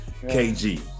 KG